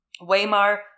Waymar